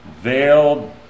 veiled